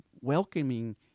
welcoming